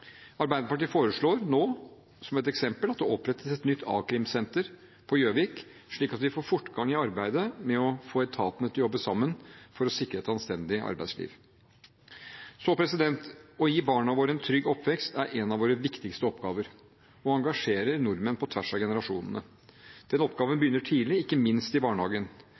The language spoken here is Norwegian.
Arbeiderpartiet foreslår nå, som et eksempel, at det opprettes et nytt akrimsenter på Gjøvik, slik at vi får fortgang i arbeidet med å få etatene til å jobbe sammen for å sikre et anstendig arbeidsliv. Å gi barna våre en trygg oppvekst er en av våre viktigste oppgaver, og det engasjerer nordmenn på tvers av generasjonene. Den oppgaven begynner tidlig, ikke minst i barnehagen.